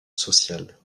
sociale